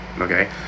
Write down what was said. okay